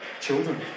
children